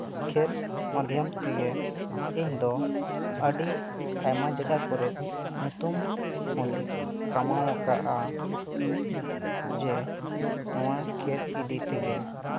ᱠᱷᱮᱞ ᱢᱟᱭᱫᱷᱚᱢ ᱛᱮᱜᱮ ᱤᱧ ᱫᱚ ᱟᱹᱰᱤ ᱟᱭᱢᱟ ᱡᱟᱭᱜᱟ ᱠᱚᱨᱮᱜ ᱧᱩᱛᱩᱢ ᱦᱚᱸᱧ ᱠᱟᱢᱟᱣ ᱟᱠᱟᱜᱼᱟ ᱡᱮ ᱱᱚᱣᱟ ᱠᱷᱮᱞ ᱤᱫᱤ ᱛᱮᱜᱮ